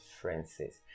Francis